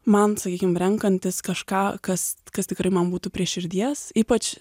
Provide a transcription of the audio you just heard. man sakykim renkantis kažką kas kas tikrai man būtų prie širdies ypač